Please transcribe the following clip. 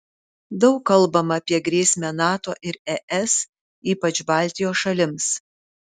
daug kalbama apie grėsmę nato ir es ypač baltijos šalims